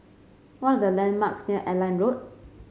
what are the landmarks near Airline Road